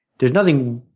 there's nothing